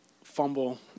fumble